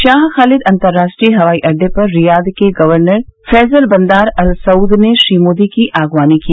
Shah Khalid अंतर्राष्ट्रीय हवाई अड्डे पर रियाद के governor Faisal Bandar Al Saud ने श्री मोदी की अगवानी की